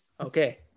Okay